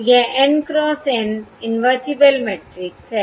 यह N cross N invertible matrix है